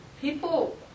People